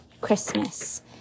Christmas